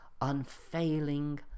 unfailing